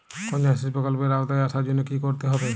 কন্যাশ্রী প্রকল্পের আওতায় আসার জন্য কী করতে হবে?